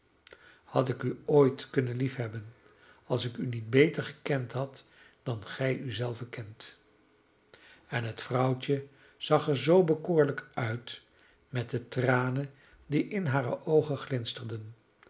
had ik u ooit kunnen liefhebben als ik u niet beter gekend had dan gij u zelven kent en het vrouwtje zag er zoo bekoorlijk uit met de tranen die in hare oogen glinsterden